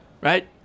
right